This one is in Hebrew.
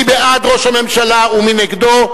מי בעד ראש הממשלה ומי נגדו?